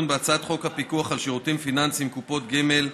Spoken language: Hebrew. בהצעת חוק הפיקוח על שירותים פיננסיים (קופות גמל)